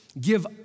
Give